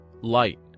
light